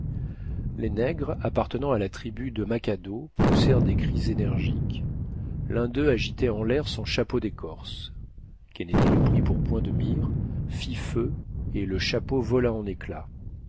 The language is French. les nègres appartenant à la tribu de makado poussèrent des cris énergiques l'un d'eux agitait en l'air son chapeau d'écorce kennedy le prit pour point de mire fit feu et le chapeau vola en éclats